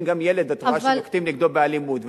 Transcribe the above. אם את רואה ילד שנוקטים נגדו אלימות,